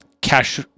cash